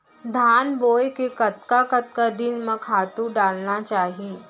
धान बोए के कतका कतका दिन म खातू डालना चाही?